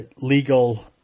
legal